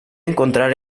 encontrar